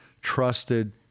trusted